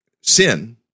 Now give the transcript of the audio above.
sin